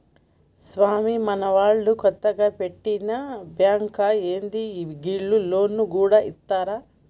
స్వామీ, మనూళ్ల కొత్తగ వెట్టిన బాంకా ఏంది, గీళ్లు లోన్లు గూడ ఇత్తరా